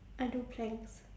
I do planks